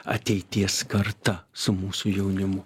ateities karta su mūsų jaunimu